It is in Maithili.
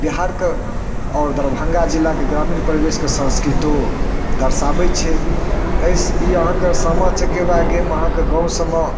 बिहारके आओर दरभङ्गा जिलाके ग्रामीण परिवेशके संस्कृतो दर्शाबइ छै अइ ई अहाँके सामा चकेबा गेम अहाँके गावँ सबमे